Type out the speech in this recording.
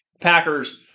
Packers